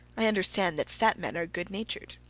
i understand that fat men are good-natured.